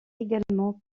également